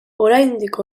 oraindik